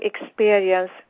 experience